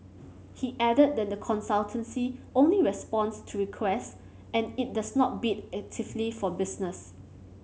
he added that the consultancy only responds to requests and it does not bid actively for business